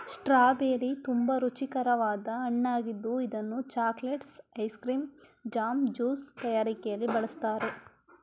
strawberry ತುಂಬಾ ರುಚಿಕರವಾದ ಹಣ್ಣಾಗಿದ್ದು ಇದನ್ನು chocolates, ice cream, jam, juice ತಯಾರಿಕೆಯಲ್ಲಿ ಬಳ್ಸತ್ತರೆ